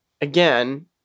again